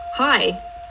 Hi